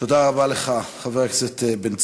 תודה רבה לך, חבר הכנסת בן צור.